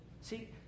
See